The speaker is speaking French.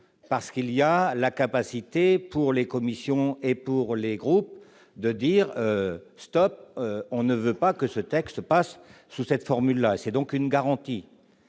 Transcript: parce qu'il y a la capacité pour les commissions et pour les groupes de dire Stop, on ne veut pas que ce texte passe sous cette formule, c'est donc une garantie,